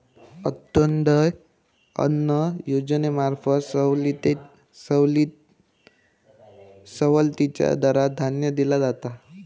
अंत्योदय अन्न योजनेंमार्फत सवलतीच्या दरात धान्य दिला जाता